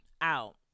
out